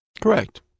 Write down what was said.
Correct